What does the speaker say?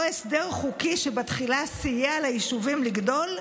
אותו הסדר חוקי שבתחילה סייע ליישובים לגדול,